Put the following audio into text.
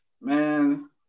Man